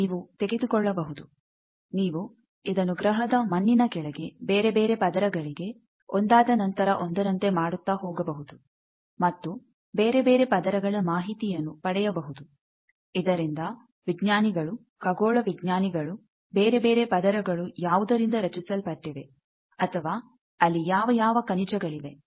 ನೀವು ತೆಗೆದುಕೊಳ್ಳಬಹುದು ನೀವು ಇದನ್ನು ಗ್ರಹದ ಮಣ್ಣಿನ ಕೆಳಗೆ ಬೇರೆ ಬೇರೆ ಪದರಗಳಿಗೆ ಒಂದಾದನಂತರ ಒಂದರಂತೆ ಮಾಡುತ್ತಾ ಹೋಗಬಹುದು ಮತ್ತು ಬೇರೆ ಬೇರೆ ಪದರಗಳ ಮಾಹಿತಿಯನ್ನು ಪಡೆಯಬಹುದು ಇದರಿಂದ ವಿಜ್ಞಾನಿಗಳು ಖಗೋಳ ವಿಜ್ಞಾನಿಗಳು ಬೇರೆಬೇರೆ ಪದರಗಳು ಯಾವುದರಿಂದ ರಚಿಸಲ್ಪಟ್ಟಿವೆ ಅಥವಾ ಅಲ್ಲಿ ಯಾವ ಯಾವ ಖನಿಜಗಳಿವೆ